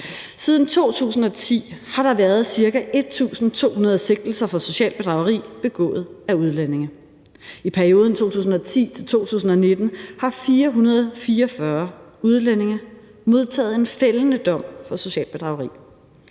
Siden 2010 har der været cirka 1.200 sigtelser for socialt bedrageri begået af udlændinge. I perioden 2010-2019 har 444 udlændinge modtaget en fældende dom for socialt bedrageri.